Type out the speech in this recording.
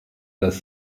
das